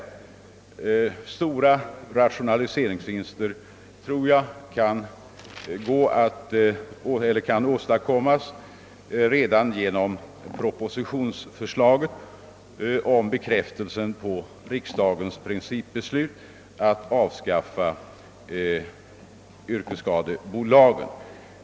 Jag tror att rationaliseringsvinster kan åstadkommas redan genom propositionens förslag om bekräftelse på riksdagens principbeslut att avskaffa yrkesskadebolagen.